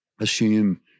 assume